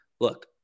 look